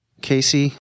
Casey